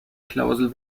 klausel